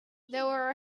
there